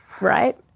right